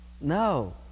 No